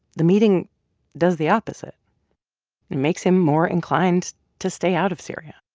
the meeting does the opposite. it makes him more inclined to stay out of syria.